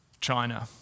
China